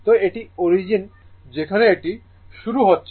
তো এটি অরিজিন যেখানে এটি শুরু হচ্ছে